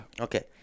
Okay